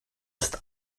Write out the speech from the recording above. ist